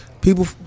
People